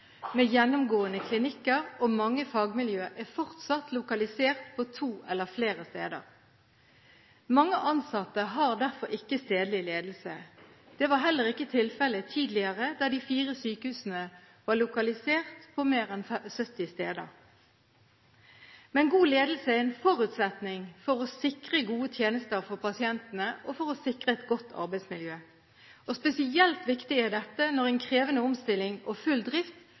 med gjennomgående klinikker, og mange fagmiljøer er fortsatt lokalisert på to eller flere steder. Mange ansatte har derfor ikke stedlig ledelse. Det var heller ikke tilfellet tidligere, da de fire sykehusene var lokalisert på mer enn 70 steder. God ledelse er en forutsetning for å sikre gode tjenester for pasientene, og for å sikre et godt arbeidsmiljø. Spesielt viktig er dette når en krevende omstilling og full drift